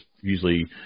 usually